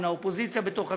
בין האופוזיציה בתוך עצמה,